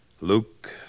Luke